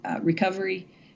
recovery